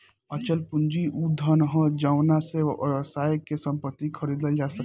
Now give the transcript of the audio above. अचल पूंजी उ धन ह जावना से व्यवसाय के संपत्ति खरीदल जा सके